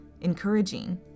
encouraging